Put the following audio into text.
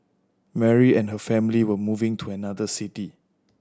Mary and her family were moving to another city